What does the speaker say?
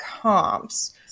comps